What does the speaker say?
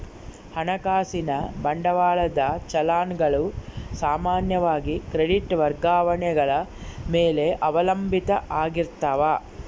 ಹಣಕಾಸಿನ ಬಂಡವಾಳದ ಚಲನ್ ಗಳು ಸಾಮಾನ್ಯವಾಗಿ ಕ್ರೆಡಿಟ್ ವರ್ಗಾವಣೆಗಳ ಮೇಲೆ ಅವಲಂಬಿತ ಆಗಿರ್ತಾವ